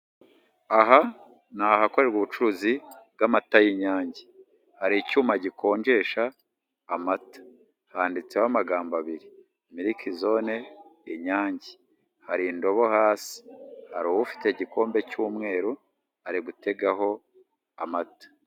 Aha ni ahakorerwa ubucuruzi bw'amata y'inyange hari icyuma gikonjesha amata, handitseho amagambo abiri miriki zone inyange, hari indobo hasi hari ufite igikombe cy'umweru ari gutegaho amata.